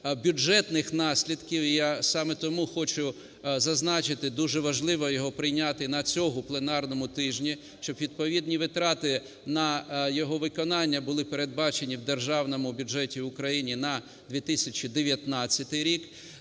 бюджетних наслідків. І я саме тому хочу зазначити, дуже важливо його прийняти на цьому пленарному тижні, щоб відповідні витрати на його виконання були передбачені в Державному бюджеті України на 2019 рік,